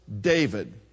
David